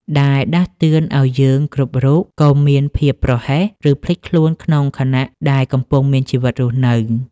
ដែលដាស់តឿនឱ្យយើងគ្រប់រូបកុំមានភាពប្រហែស ឬភ្លេចខ្លួនក្នុងខណៈដែលកំពុងមានជីវិតរស់នៅ។